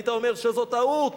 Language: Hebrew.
היית אומר שזאת טעות,